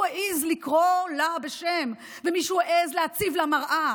העז לקרוא לה בשם ומישהו העז להציב לה מראה.